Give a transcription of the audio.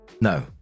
no